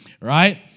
right